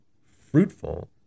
fruitful